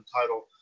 title